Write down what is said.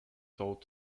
sold